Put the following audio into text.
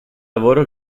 lavoro